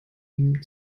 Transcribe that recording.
ihm